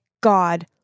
God